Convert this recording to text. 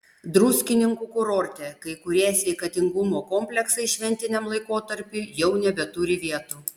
druskininkų kurorte kai kurie sveikatingumo kompleksai šventiniam laikotarpiui jau nebeturi vietų